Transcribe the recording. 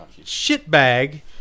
shitbag